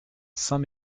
saint